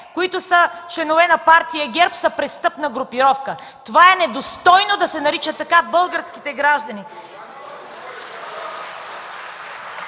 хилядите членове на партия „ГЕРБ”, са престъпна групировка. Недостойно е да се наричат така българските граждани.